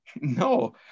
No